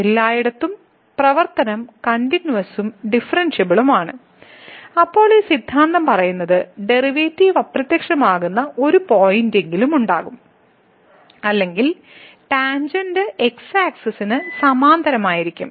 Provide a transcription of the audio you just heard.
എല്ലായിടത്തും പ്രവർത്തനം കണ്ടിന്യൂവസും ഡിഫറെന്ഷ്യബിളും ആണ് അപ്പോൾ ഈ സിദ്ധാന്തം പറയുന്നത് ഡെറിവേറ്റീവ് അപ്രത്യക്ഷമാകുന്ന ഒരു പോയിന്റെങ്കിലും ഉണ്ടാകും അല്ലെങ്കിൽ ടാൻജെന്റ് എക്സ് ആക്സിസിന് സമാന്തരമായിരിക്കും